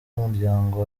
umuryango